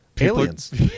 aliens